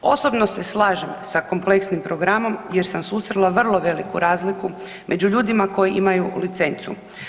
Osobno se slažem sa kompleksnim programom jer sam susrela vrlo veliku razliku među ljudima koji imaju licencu.